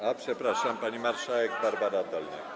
A, przepraszam, pani marszałek Barbara Dolniak.